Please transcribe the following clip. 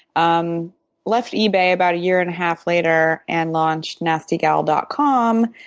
um left ebay about a year-and-a-half later and launched nastygal dot com,